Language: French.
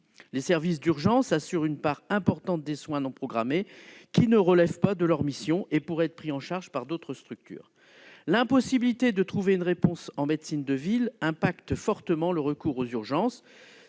Les services d'urgence assurent une part importante des soins non programmés, qui ne relèvent pas de leurs missions et pourraient être pris en charge par d'autres structures. L'impossibilité de trouver une réponse en médecine de ville impacte fortement le recours aux urgences.